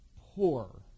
poor